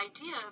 idea